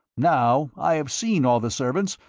now, i have seen all the servants,